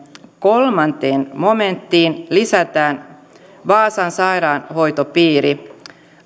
kolmanteen momenttiin lisätään vaasan sairaanhoitopiiri